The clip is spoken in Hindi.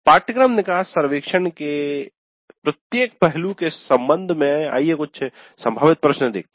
पाठ्यक्रम निकास सर्वेक्षण के प्रत्येक पहलू के संबंध में आइए कुछ संभावित प्रश्न देखते हैं